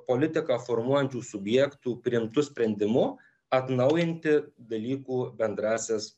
politiką formuojančių subjektų priimtu sprendimu atnaujinti dalykų bendrąsias